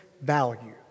value